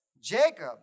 Jacob